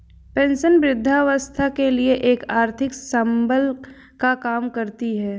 pension वृद्धावस्था के लिए एक आर्थिक संबल का काम करती है